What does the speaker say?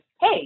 hey